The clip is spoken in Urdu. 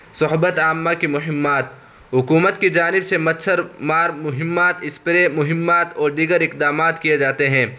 صحبتِ عامہ کی مہمات حکومت کی جانب سے مچھر مار مہمات اسپرے مہمات اور دیگر اقدامات کئے جاتے ہیں